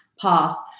pass